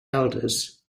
elders